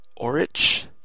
Orich